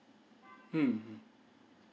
mm mm